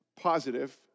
positive